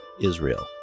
Israel